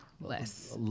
less